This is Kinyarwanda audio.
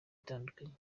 itandukanye